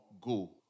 go